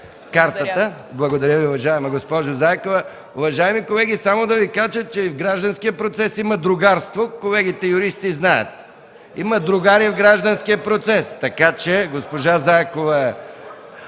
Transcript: Благодаря Ви, уважаема госпожо Заякова. Уважаеми колеги, само да Ви кажа, че и в гражданския процес има другарство. Колегите юристи знаят. Има другари в гражданския процес, така че госпожа Заякова